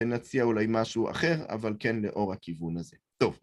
‫ונציע אולי משהו אחר, ‫אבל כן לאור הכיוון הזה. טוב.